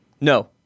No